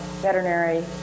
veterinary